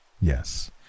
Yes